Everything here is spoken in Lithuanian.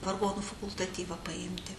vargonų fakultatyvą paimti